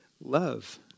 love